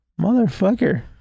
Motherfucker